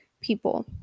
people